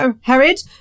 Harriet